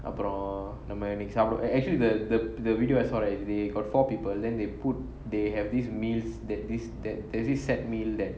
அப்புறம் நம்ம இன்னைக்கு:apuram namma innaiku channel actually the the the videoi saw right they got four people then they put they have this meals that they that there's this set meal that